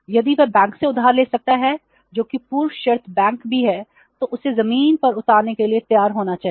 यदि वह बैंक से उधार ले सकता है जो कि पूर्व शर्त बैंक भी है तो उसे जमीन पर उतारने के लिए तैयार होना चाहिए